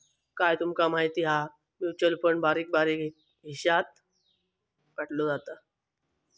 काय तूमका माहिती हा? म्युचल फंड बारीक बारीक हिशात वाटलो जाता